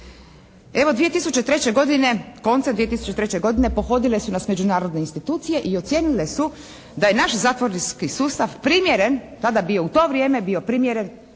koncem 2003. godine pohodile su nas međunarodne institucije i ocijenile su da je naš zatvorski sustav primjeren, tada bio u to vrijeme bio primjeren,